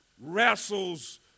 wrestles